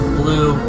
blue